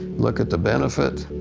look at the benefit,